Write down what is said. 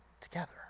together